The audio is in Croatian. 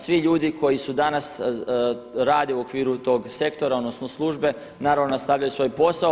Svi ljudi koji su danas rade u okviru tog sektora, odnosno službe naravno nastavljaju svoj posao.